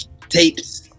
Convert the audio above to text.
tapes